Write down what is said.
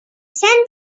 centre